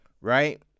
right